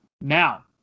Now